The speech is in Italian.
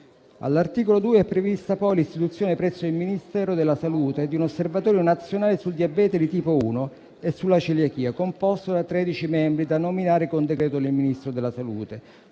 All'articolo 2 è prevista l'istituzione presso il Ministero della salute di un osservatorio nazionale sul diabete di tipo 1 e sulla celiachia, composto da 13 membri da nominare con decreto del Ministro della salute,